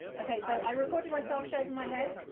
okay, so, i recorded myself shaving my head.